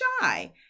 shy